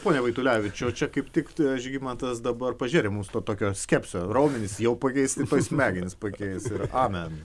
pone vaitulevičiau čia kaip tikt žygimantas dabar pažėrė mums to tokio skepsio raumenys jau pakeisti smegenis pakeis ir amen